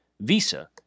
Visa